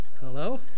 Hello